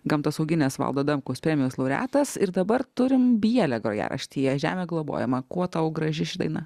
gamtosauginės valdo adamkaus premijos laureatas ir dabar turim bjelę grojaraštyje žemė globojama kuo tau graži ši daina